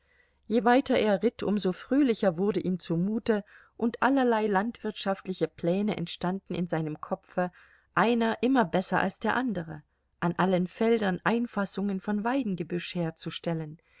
je weiter er ritt um so fröhlicher wurde ihm zumute und allerlei landwirtschaftliche pläne entstanden in seinem kopfe einer immer besser als der andere an allen feldern einfassungen von weidengebüsch herzustellen